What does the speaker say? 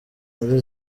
muri